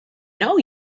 know